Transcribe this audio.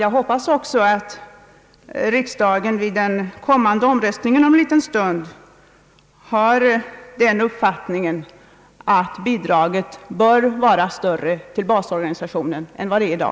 Jag hoppas också, herr talman, att riksdagen vid omröstningen om en liten stund skall ha den uppfattningen att bidraget till basorganisationen bör vara större än det är i dag.